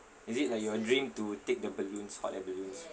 is it like your dream to take the balloons hot air balloons